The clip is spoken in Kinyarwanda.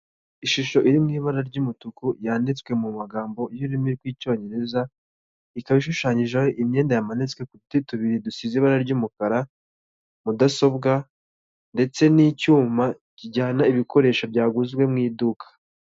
Ishusho iri mu ibara ry'umutuku yanditswe mu magambo y'ururimi rw'icyongereza, ikaba ishushanyijeho imyenda yamanitswe ku duti tubiri dusize ibara ry'umukara, mudasobwa ndetse n'icyuma kijyana ibikoresho byaguzwe mu iduka.